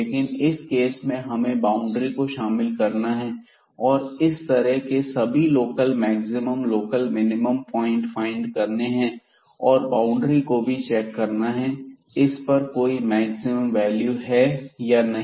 लेकिन इस केस में हमें बाउंड्री को शामिल करना है और इस तरह के सभी local maximum local minimum point find करने हैं और बाउंड्री को भी चेक करना है कि इस पर कोई मैक्सिमम वैल्यू है या नहीं